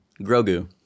Grogu